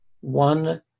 one